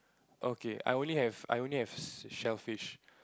okay I only have I only have shellfish